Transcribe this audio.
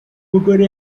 mugore